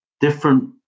different